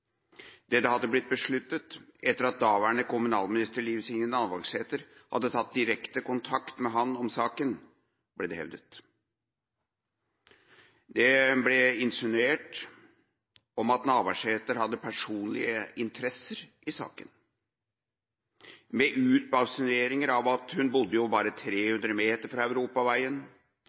at dette hadde blitt besluttet etter at daværende kommunalminister Liv Signe Navarsete hadde tatt direkte kontakt med ham om saken. Det ble insinuert at Navarsete hadde personlige interesser i saken, med utbasuneringer av at hun bodde jo bare 300 meter fra europaveien,